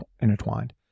intertwined